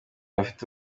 bafite